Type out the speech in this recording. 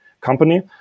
company